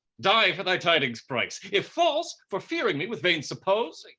die for thy tidings' price if false, for fearing me with vain suppose. like